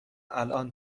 الان